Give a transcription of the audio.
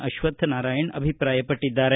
ಅಶ್ವತ್ತನಾರಾಯಣ ಅಭಿಪ್ರಾಯಪಟ್ಟಿದ್ದಾರೆ